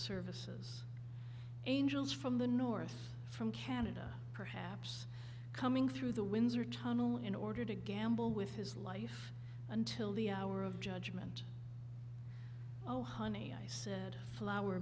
services angels from the north from canada perhaps coming through the windsor tunnel in order to gamble with his life until the hour of judgment oh honey i said flower